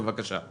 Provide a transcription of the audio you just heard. בבקשה.